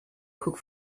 cook